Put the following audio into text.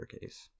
case